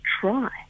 try